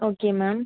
okay ma'am